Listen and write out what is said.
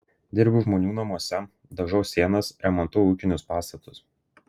dirbu žmonių namuose dažau sienas remontuoju ūkinius pastatus